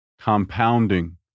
compounding